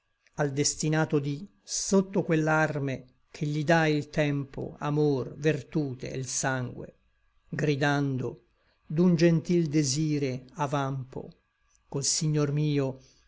al destinato dí sotto quell'arme che gli dà il tempo amor vertute e l sangue gridando d'un gentil desire avampo col signor mio